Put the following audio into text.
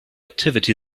activity